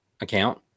Account